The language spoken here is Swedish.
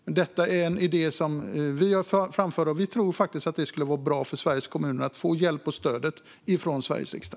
Men detta är en idé som vi har framfört. Vi tror faktiskt att det skulle vara bra för Sveriges kommuner att få hjälp och stöd från Sveriges riksdag.